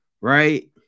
right